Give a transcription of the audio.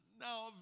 Now